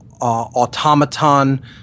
automaton